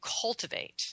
cultivate